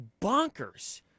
bonkers